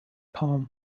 poem